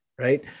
right